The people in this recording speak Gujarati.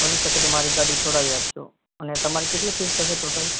બની શકે તો મારી ગાડી છોડાવી આપજો અને તમારી કેટલી ફીસ થશે ટોટલ